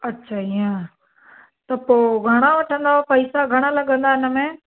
अच्छा इयं त पोइ घणा वठंदा पैसा घणा लॻंदा हिन में